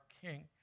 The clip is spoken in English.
King